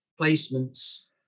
placements